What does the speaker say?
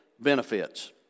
benefits